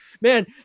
man